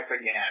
again